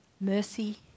Mercy